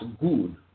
good